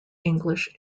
english